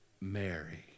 Mary